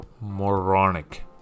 moronic